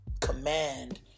command